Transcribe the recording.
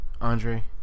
Andre